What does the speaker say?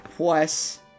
Plus